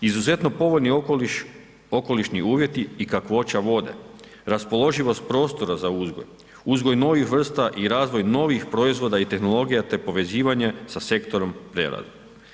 Izuzetno povoljni okolišni uvjeti i kakvoća vode, raspoloživost prostora za uzgoj, uzgoj novih vrsta i razvoj novih proizvoda i tehnologija te povezivanje sa sektorom prerade.